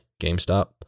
GameStop